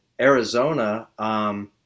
Arizona